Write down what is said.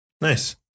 Nice